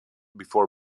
before